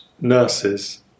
nurses